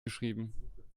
geschrieben